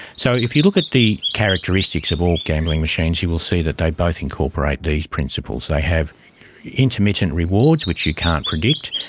so if you look at the characteristics of all gambling machines you will see that they both incorporate these principles. they have intermittent rewards which you can't predict.